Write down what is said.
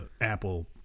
Apple